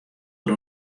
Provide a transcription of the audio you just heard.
der